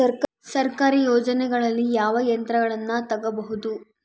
ಸರ್ಕಾರಿ ಯೋಜನೆಗಳಲ್ಲಿ ಯಾವ ಯಂತ್ರಗಳನ್ನ ತಗಬಹುದು?